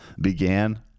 began